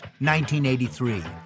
1983